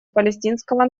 палестинского